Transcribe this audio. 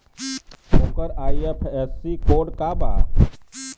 ओकर IFSC code का बा?